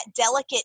delicate